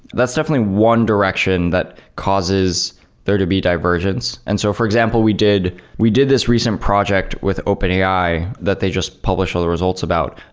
that's definitely one direction that causes there to be divergence. and so for example, we did we did this recent project with openai that they just published all the results about.